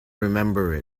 remember